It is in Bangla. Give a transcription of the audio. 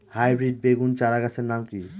হাইব্রিড বেগুন চারাগাছের নাম কি?